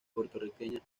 puertorriqueña